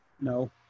No